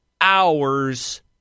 hours